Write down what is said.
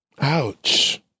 Ouch